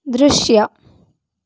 ದೃಶ್ಯ